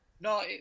No